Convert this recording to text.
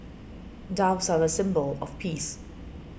doves are a symbol of peace